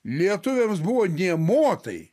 lietuviams buvo nė motais